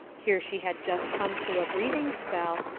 here she had just come to a breathing spell,